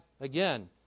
again